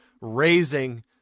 raising